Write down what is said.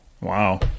Wow